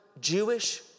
Jewish